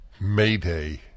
Mayday